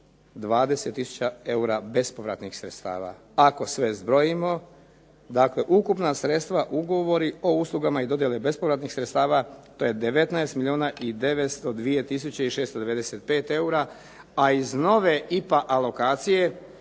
tisuća eura bespovratnih sredstava. Ako sve zbrojimo, dakle ukupna sredstva ugovori o uslugama i dodjele bespovratnih sredstava to je 19 milijuna 902 tisuće 695 eura a iz nove IPA alokacije